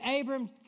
Abram